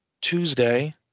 Tuesday